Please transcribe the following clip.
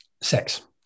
sex